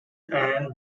and